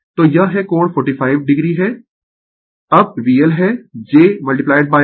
तो यह है कोण 45 o है अब VL है j XL